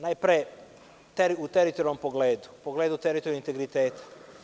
Najpre, u teritorijalnom pogledu, u pogledu teritorijalnog integriteta.